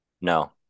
No